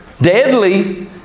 deadly